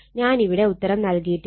ഞാൻ ഇവിടെ ഉത്തരം നൽകിയിട്ടില്ല